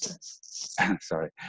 sorry